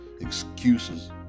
excuses